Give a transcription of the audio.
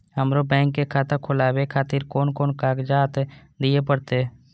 हमरो बैंक के खाता खोलाबे खातिर कोन कोन कागजात दीये परतें?